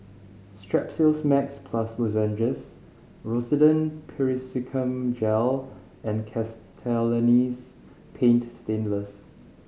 Strepsils Max Plus Lozenges Rosiden Piroxicam Gel and Castellani's Paint Stainless